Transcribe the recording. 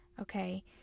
Okay